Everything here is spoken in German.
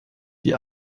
die